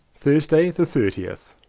thursday the thirtieth.